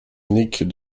unique